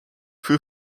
für